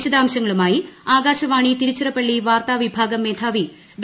വിശദാംശങ്ങളുമായി ആകാശ്മ്പാണ് തിരുച്ചിറപ്പള്ളി വാർത്താവിഭാഗം മേധാവി ഡോ